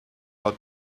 how